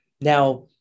Now